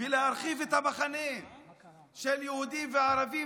ולהרחיב את המחנה של יהודים וערבים,